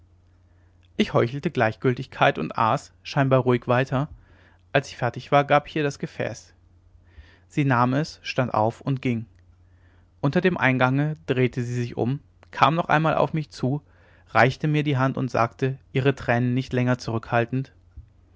ich heuchelte gleichgültigkeit und aß scheinbar ruhig weiter als ich fertig war gab ich ihr das gefäß sie nahm es stand auf und ging unter dem eingange drehte sie sich um kam noch einmal auf mich zu reichte mir die hand und sagte ihre tränen nicht länger zurückhaltend